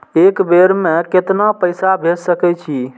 एक बेर में केतना पैसा भेज सके छी?